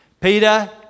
Peter